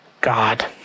God